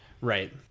Right